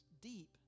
deep